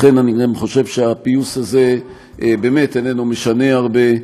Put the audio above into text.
לכן אני גם חושב שהפיוס הזה באמת איננו משנה הרבה.